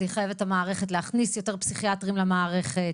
זה יחייב את המערכת להכניס יותר פסיכיאטרים למערכת,